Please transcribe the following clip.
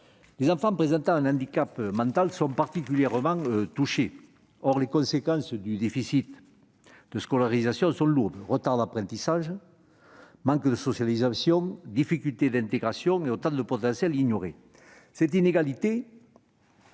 Les enfants présentant un handicap mental sont particulièrement touchés. Or les conséquences du déficit de scolarisation sont lourdes : retards d'apprentissage, manque de socialisation, difficultés d'intégration et autant de potentiels ignorés. Cette inégalité